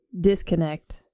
disconnect